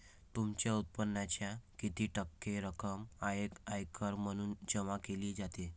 तुमच्या उत्पन्नाच्या किती टक्के रक्कम आयकर म्हणून जमा केली जाते?